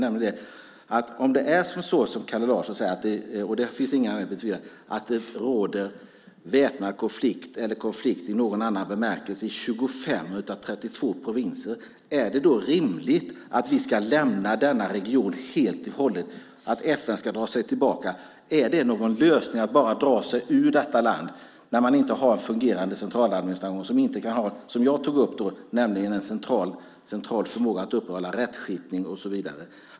Om det är så som Kalle Larsson säger att det råder väpnad konflikt eller konflikt i någon annan bemärkelse i 25 av 32 provinser, är det då rimligt att vi ska lämna denna region helt och hållet, att FN ska dra sig tillbaka? Är det någon lösning att bara dra sig ur detta land när man inte har en fungerande centraladministration med en central förmåga att upprätthålla rättsskipning och så vidare?